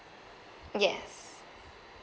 yes